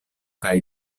kaj